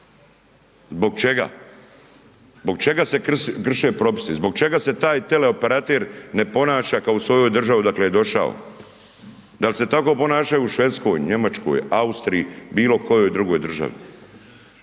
Zbog čega? Zbog čega se krše propisi? Zbog čega se taj tele operater ne ponaša kao u svojoj državi odakle je došao? Dal se tako ponašaju u Švedskoj, Njemačkoj, Austriji, bilo kojoj drugoj državi?